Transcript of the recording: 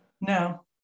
No